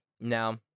Now